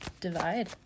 Divide